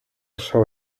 schau